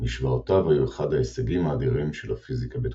ומשואותיו היו אחד ההישגים האדירים של הפיזיקה בתקופתו.